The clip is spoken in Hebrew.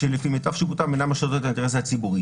ואני בטוח שאתם תהיו שותפים באמת לנסות לייצר בקואליציה הזאת עיגון